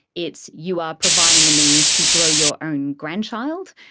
it's you are providing the means to grow your own grandchild,